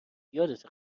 یادته